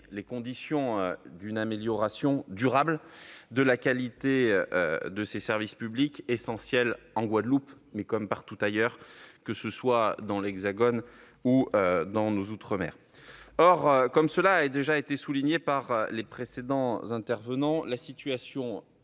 les conditions d'une amélioration durable de la qualité de ces services publics essentiels en Guadeloupe, comme partout ailleurs dans l'Hexagone ou en outre-mer. Or, cela a déjà été souligné par les précédents intervenants, la situation